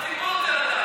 גם הציבור רוצה לדעת.